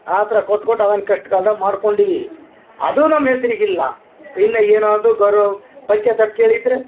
ಆ ಥರ ಕೊಟ್ಟು ಕೊಟ್ಟು ಅವನ ಕಷ್ಟ ಕಾಲ್ದಾಗ ಮಾಡ್ಕೊಂಡೀವಿ ಅದು ನಮ್ಮ ಹೆಸ್ರಿಗೆ ಇಲ್ಲ ಇನ್ನ ಏನೊ ಅದು ಗೌರ್ ಪಂಚಾಯ್ತ್ಯಾಗ ಕೇಳಿದ್ರು